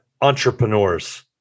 entrepreneurs